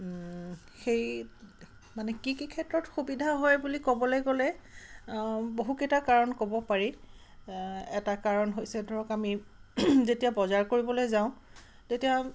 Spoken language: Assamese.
সেই মানে কি কি ক্ষেত্ৰত সুবিধা হয় বুলি ক'বলৈ গ'লে বহু কেইটা কাৰণ ক'ব পাৰি এটা কাৰণ হৈছে ধৰক আমি যেতিয়া বজাৰ কৰিবলৈ যাওঁ তেতিয়া